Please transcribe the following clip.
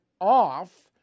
off